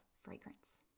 fragrance